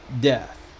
death